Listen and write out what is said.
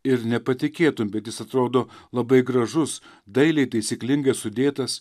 ir nepatikėtum bet jis atrodo labai gražus dailiai taisyklingai sudėtas